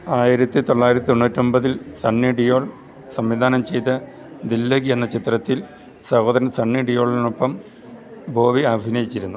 ആയിരത്തി തൊള്ളായിരത്തി തൊണ്ണൂറ്റിയൊമ്പതിൽ സണ്ണി ഡിയോൾ സംവിധാനം ചെയ്ത ദില്ലഗിയെന്ന ചിത്രത്തിൽ സഹോദരൻ സണ്ണി ഡിയോളിനൊപ്പം ബോബി അഭിനയിച്ചിരുന്നു